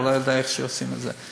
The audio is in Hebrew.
או לא יודע איך עושים את זה.